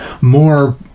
more